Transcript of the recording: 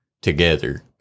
together